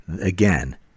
again